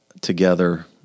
together